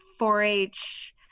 4-H